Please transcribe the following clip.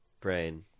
brain